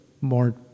more